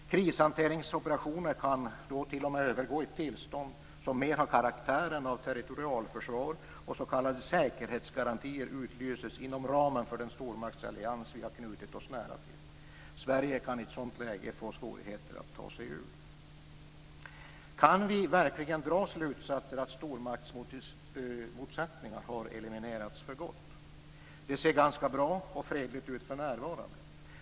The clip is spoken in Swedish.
Krishanteringsoperationen kan t.o.m. övergå i ett tillstånd som mer har karaktären av territorialförsvar, och s.k. säkerhetsgarantier utlöses inom ramen för den stormaktsallians vi har knutit oss nära till. Sverige kan i ett sådant läge få svårigheter att ta sig ur. Kan vi verkligen dra slutsatsen att stormaktsmotsättningar har eliminerats för gott? Det ser ganska bra och fredligt ut för närvarande.